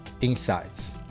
insights